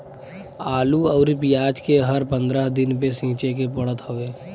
आलू अउरी पियाज के हर पंद्रह दिन पे सींचे के पड़त हवे